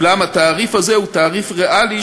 אולם התעריף הזה הוא תעריף ריאלי,